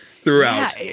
throughout